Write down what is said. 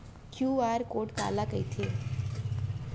QR code काला कहिथे?